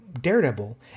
Daredevil